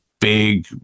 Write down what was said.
big